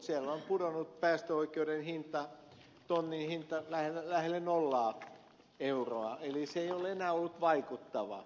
siellä on pudonnut päästöoikeuden hinta tonnin hinta lähelle nollaa euroa eli se ei ole enää ollut vaikuttava